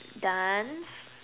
dance